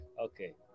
okay